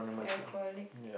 alcoholic